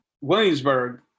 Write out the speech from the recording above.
Williamsburg